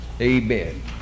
Amen